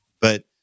but-